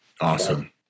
Awesome